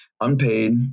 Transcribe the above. unpaid